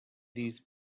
these